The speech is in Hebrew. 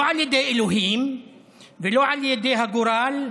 לא על ידי אלוהים ולא על ידי הגורל,